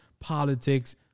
politics